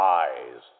eyes